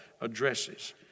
addresses